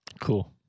Cool